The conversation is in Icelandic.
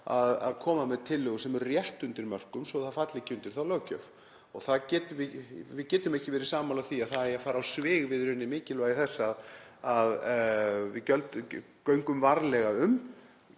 að koma með tillögur sem eru rétt undir mörkum svo að framkvæmdin falli ekki undir þá löggjöf. Við getum ekki verið sammála því að það eigi að fara á svig við í rauninni mikilvægi þess að við göngum varlega um,